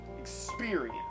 experience